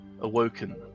awoken